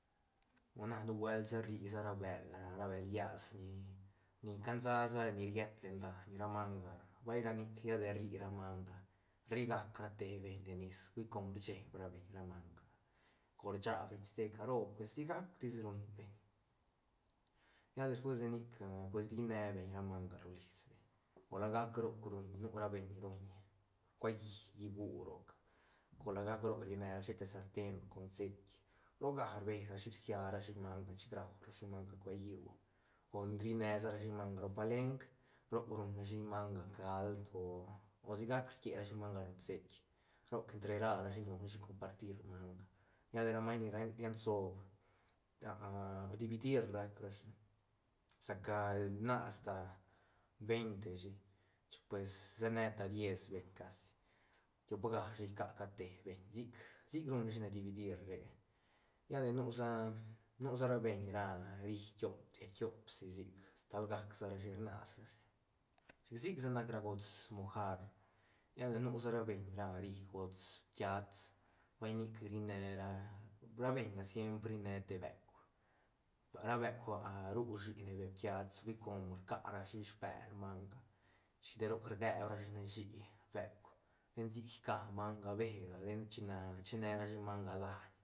O na nubuelt sa ri sa ra bël ra bël llas ni- ni cansa sa ni riet len daiñ ra manga vay ra nic lla de rri ra manga rrigac ra te beñ len nis hui com re cheeb ra beñ manga cor rchabeñ ste caro pues sigac tis rumbeñ lla despues de nic rrilline beñ ra manga ro lisbeñ o la gac roc nu ra beñ ruñ rcua hi llibu roc cor la gac roc rinerashi te sarten con ceit roga rbe rashi rsia rashi manga chic ruarashi manga cue lliú o ri sarashi manga ro palenk roc ruñrashi manga cald o sigac rié ra shi manga lo ceit roc entre ra rashi ruñrashi compartir manga lla de ra maiñ ni rian sobr dividir rac rashi saca mnasta veinte shi chic pues seneta diez beñ casi tiop gashi ica cat te beñ sic- sic ruñrashi dividir re lla de nusa- nusa beñ ra ri tiop te tiop si sic stalgac rashi rnasrashi chic sic sa nac ra gots mojar lla de nu sa ra beiñ ra ri gots piats vay nic ri nera ra beñga siempre ri ne beuk ra beuk ru shine bee piats hui com rca rashi sbel manga chic de roc rgeb rashine shï beuk ten sic ica manga bee ga den china chinerashi manga daiñ.